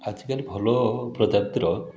ଆଜିକାଲି ଭଲ ପ୍ରଜାତିର